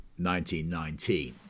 1919